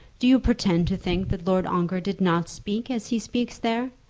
do you pretend to think that lord ongar did not speak as he speaks there?